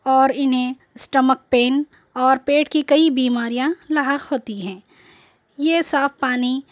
اور اِنہیں stomach pain اور پیٹ کی کئی بیماریاں لاحق ہوتی ہیں یہ صاف پانی